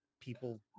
people